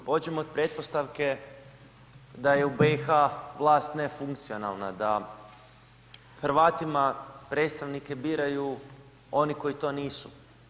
Pođimo od pretpostavke da je u BiH-u vlast nefunkcionalna, da Hrvatima predstavnike biraju oni koji to nisu.